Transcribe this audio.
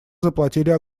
заплатили